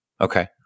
Okay